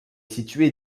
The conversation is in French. situé